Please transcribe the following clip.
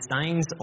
stains